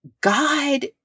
God